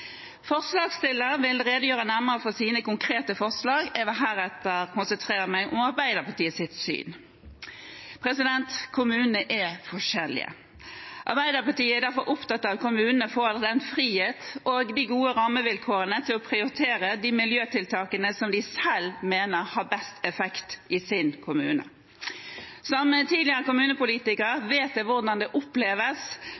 vil redegjøre nærmere for sine konkrete forslag. Jeg vil heretter konsentrere meg om Arbeiderpartiets syn. Kommunene er forskjellige. Arbeiderpartiet er derfor opptatt av at kommunene får frihet og gode rammevilkår til å prioritere de miljøtiltakene de selv mener har best effekt i sin kommune. Som tidligere